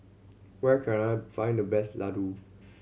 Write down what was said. where can I find the best laddu